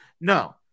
No